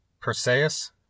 Perseus